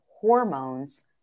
hormones